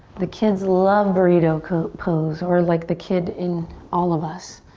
the kids love burrito pose or like the kid in all of us.